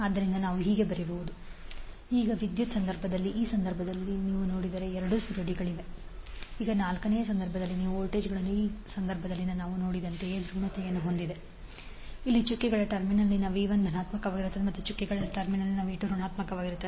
ಆದ್ದರಿಂದ ನಾವು ಬರೆಯುತ್ತೇವೆ V2V1 N2N1 ಈಗ ವಿದ್ಯುತ್ ಸಂದರ್ಭದಲ್ಲಿ ಈ ಸಂದರ್ಭದಲ್ಲಿ ನೀವು ನೋಡಿದರೆ ಎರಡೂ ಸುರುಳಿಗಳಲ್ಲಿ I2I1N1N2 ಈಗ ನಾಲ್ಕನೇ ಸಂದರ್ಭದಲ್ಲಿ ನಿಮ್ಮ ವೋಲ್ಟೇಜ್ಗಳು ಈ ಸಂದರ್ಭದಲ್ಲಿ ನಾವು ನೋಡಿದಂತೆಯೇ ಧ್ರುವೀಯತೆಯನ್ನು ಹೊಂದಿವೆ ಇಲ್ಲಿ ಚುಕ್ಕೆಗಳ ಟರ್ಮಿನಲ್ನಲ್ಲಿ V 1 ಧನಾತ್ಮಕವಾಗಿರುತ್ತದೆ ಮತ್ತು ಚುಕ್ಕೆಗಳ ಟರ್ಮಿನಲ್ನಲ್ಲಿ V 2 ಋಣಾತ್ಮಕವಾಗಿರುತ್ತದೆ